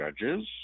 judges